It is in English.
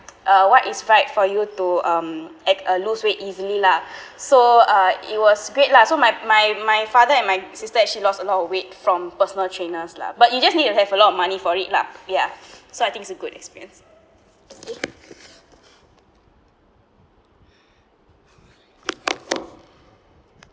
uh what is right for you to um at uh lose weight easily lah so uh it was great lah so my my my father and my sister actually lost a lot of weight from personal trainers lah but you just need to have a lot of money for it lah ya so I think it's a good experience